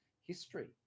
history